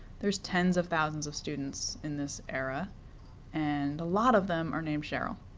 there's tens of thousands of students in this era and a lot of them are named cheryl.